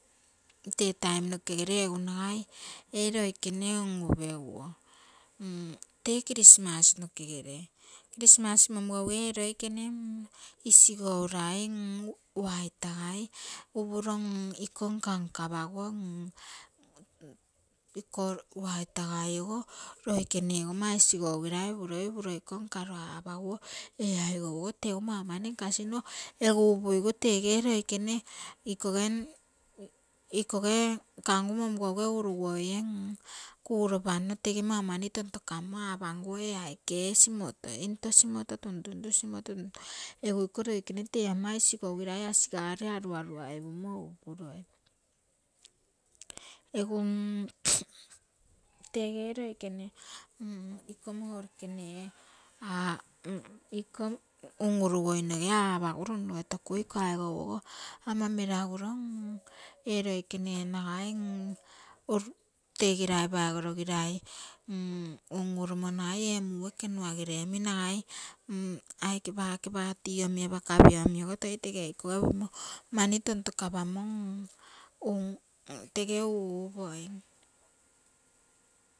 Tee taim nokegere egu nagai, ee loikene un-upeguo tee christmas nokegere, christmas momugouge eeloikene isigou rai uaitagai upuro iko nkanka paguo. Iko uaitagaiogo loikene ogo ama isigougirai upuroi, upuro iko nkoro aapaguo ee aigou ogo tegu mau mani nkasino egu upui gu tege loikene ikoge kangu momu gouge uruguoie kuropanno tege mau mani tontokammo aapanguo ee aike ee simoto, into simoto tuntuntu, simoto egu iko loikene tee ama isigou girai asigare aru-aru aipumo. Egu tege loikene, iko mourekene, iko un-uru guinoga apagu runrugetokui iko aigou ogo ama melagu oro ee loikene nagai tegirai paigorogirai, un-urumo nagai ee muu ekemuagere omi nagai aike pake party omi apakapio omi ogo toi tege ikoge upimo mani tontokapame tege uupoim.